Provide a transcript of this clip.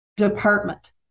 department